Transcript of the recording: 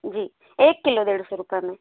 जी एक किलो डेढ़ सौ रूपये में